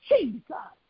Jesus